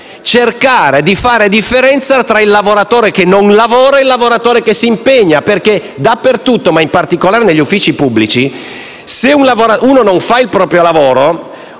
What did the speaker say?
cercare di fare la differenza tra il lavoratore che non lavora e il lavoratore che si impegna. Dappertutto, e in particolare negli uffici pubblici, un lavoratore che non fa il proprio lavoro,